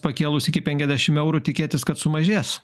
pakėlus iki penkiasdešimt eurų tikėtis kad sumažės